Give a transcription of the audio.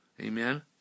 Amen